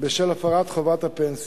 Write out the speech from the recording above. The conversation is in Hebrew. בשל הפרת חובת הפנסיה.